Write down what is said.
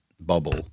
bubble